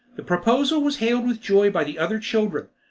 the proposal was hailed with joy by the other children,